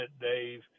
Dave